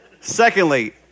Secondly